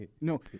no